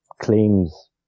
claims